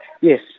yes